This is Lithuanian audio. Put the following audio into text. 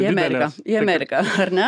į ameriką į ameriką ar ne